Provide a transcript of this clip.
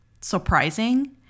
surprising